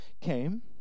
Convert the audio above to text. came